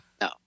No